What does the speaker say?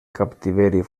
captiveri